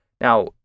Now